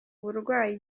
burwayi